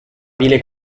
bile